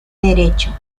derecho